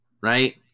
right